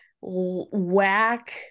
whack